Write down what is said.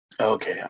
Okay